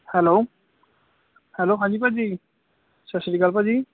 hello hello ਹਾਂਜੀ ਭਾਜੀ ਸਤਿ ਸ੍ਰੀ ਅਕਾਲ ਭਾਜੀ